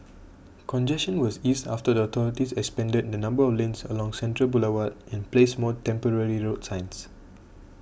congestion was eased after the authorities expanded the number of lanes along Central Boulevard and placed more temporary road signs